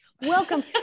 welcome